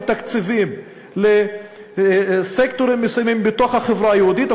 תקציבים לסקטורים מסוימים בתוך החברה היהודית,